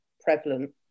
prevalent